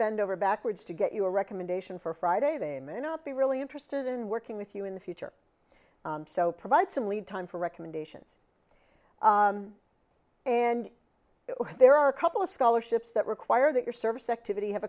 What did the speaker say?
bend over backwards to get you a recommendation for friday they may not be really interested in working with you in the future so provide some lead time for recommendations and there are a couple of scholarships that require that your service